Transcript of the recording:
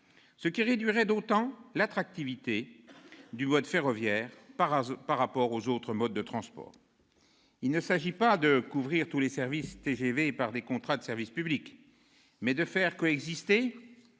ce qui réduirait d'autant l'attractivité du mode ferroviaire par rapport aux autres modes de transport. L'objectif est non pas de couvrir tous les services TGV par des contrats de service public, mais de faire coexister,